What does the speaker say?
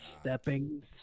stepping